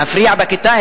להפריע בכיתה,